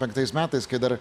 penktais metais kai dar